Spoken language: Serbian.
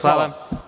Hvala.